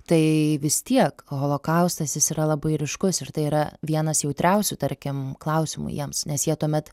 tai vis tiek holokaustas jis yra labai ryškus ir tai yra vienas jautriausių tarkim klausimų jiems nes jie tuomet